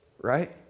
right